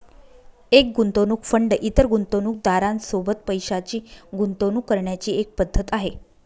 एक गुंतवणूक फंड इतर गुंतवणूकदारां सोबत पैशाची गुंतवणूक करण्याची एक पद्धत आहे